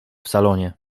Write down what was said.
salonie